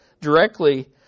directly